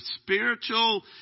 spiritual